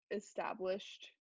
established